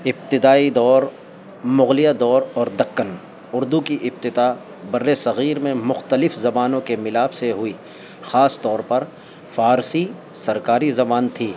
ابتدائی دور مغلیہ دور اور دکن اردو کی ابتدا بر صغیر میں مختلف زبانوں کے ملاپ سے ہوئی خاص طور پر فارسی سرکاری زبان تھی